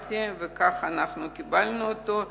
קבעתי וכך אנחנו קיבלנו אותו,